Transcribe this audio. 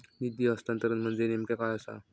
निधी हस्तांतरण म्हणजे नेमक्या काय आसा?